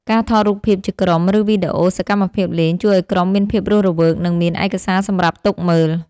ការថតរូបភាពជាក្រុម ឬវីដេអូសកម្មភាពលេង ជួយឱ្យក្រុមមានភាពរស់រវើក និងមានឯកសារសម្រាប់ទុកមើល។